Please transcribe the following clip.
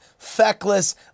feckless